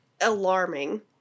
alarming